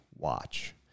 watch